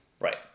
Right